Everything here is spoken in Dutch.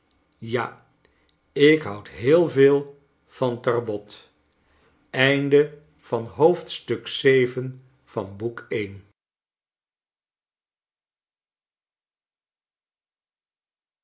ja ik houd heel veel van tarbot